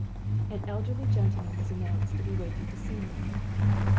an elderly gentleman was announced to be waiting to see me.